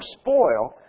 spoil